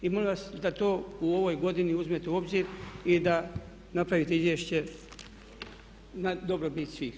I molim vas da to u ovoj godini uzmete u obzir i da napravite izvješće na dobrobit svih.